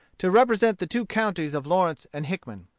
to represent the two counties of lawrence and hickman.